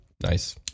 Nice